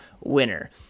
winner